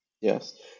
Yes